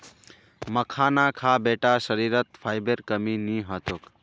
मखाना खा बेटा शरीरत फाइबरेर कमी नी ह तोक